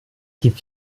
gibt